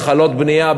התחלות בנייה,